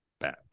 back